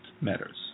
matters